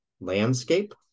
landscape